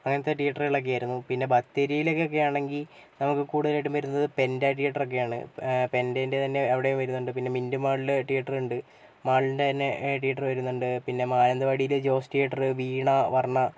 അങ്ങനത്തെ തിയേറ്ററുകളൊക്കെ ആയിരുന്നു പിന്നെ ബത്തേരിയിലേക്ക് ഒക്കെ ആണെങ്കിൽ നമുക്ക് കൂടുതലായിട്ടും വരുന്നത് പെൻ്റാ തിയേറ്റർ ഒക്കെയാണ് പെൻ്റേൻ്റെ തന്നെ അവിടെയും വരുന്നുണ്ട് പിന്നെ മിൻ്റ് മാളിൽ തിയേറ്റർ ഉണ്ട് മാളിൻ്റെ തന്നെ തിയേറ്റർ വരുന്നുണ്ട് പിന്നെ മാനന്തവാടിയിൽ ജോസ് തിയേറ്റർ വീണ വർണ്ണ